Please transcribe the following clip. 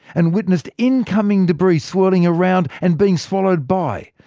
and witnessed incoming debris swirling around, and being swallowed by,